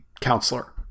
counselor